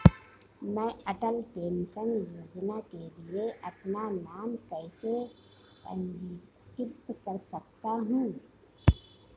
मैं अटल पेंशन योजना के लिए अपना नाम कैसे पंजीकृत कर सकता हूं?